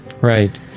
Right